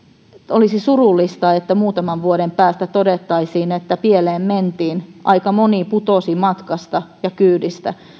olisi surullista että muutaman vuoden päästä todettaisiin että pieleen mentiin aika moni putosi matkasta ja kyydistä